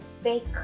fake